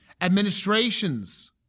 Administrations